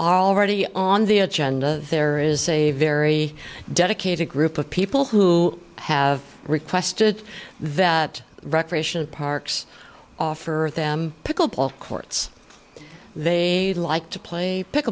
already on the agenda there is a very dedicated group of people who have requested that recreation of parks for them pickle courts they'd like to play pick